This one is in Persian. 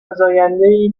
فزایندهای